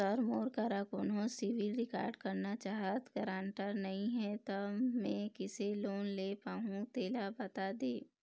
sir मोर करा कोन्हो सिविल रिकॉर्ड करना सहायता गारंटर नई हे ता मे किसे लोन ले पाहुं तेला बता दे